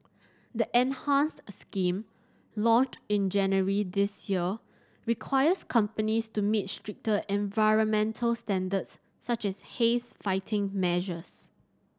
the enhanced scheme launched in January this year requires companies to meet stricter environmental standards such as haze fighting measures